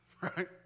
right